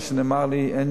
מה שנאמר לי,